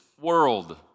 world